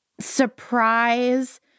surprise